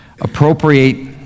Appropriate